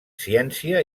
ciència